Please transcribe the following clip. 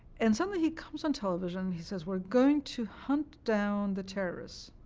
and suddenly he comes on television. he says we're going to hunt down the terrorists,